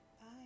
Bye